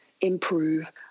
improve